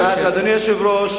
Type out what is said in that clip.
אדוני היושב-ראש,